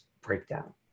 breakdown